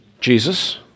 Jesus